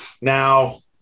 now